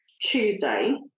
Tuesday